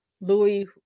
Louis